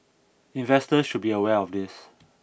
investors should be aware of this